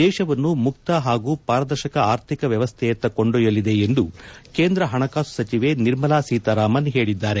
ದೇಶವನ್ನು ಮುಕ್ತ ಪಾಗೂ ಪಾರದರ್ಶಕ ಆರ್ಥಿಕ ವ್ಯವಸ್ಥಯತ್ತ ಕೊಂಡೊಯ್ಯಲಿದೆ ಎಂದು ಕೇಂದ್ರ ಪಣಕಾಸು ಸಚಿವೆ ನಿರ್ಮಲಾ ಸೀತಾರಾಮನ್ ಹೇಳಿದ್ದಾರೆ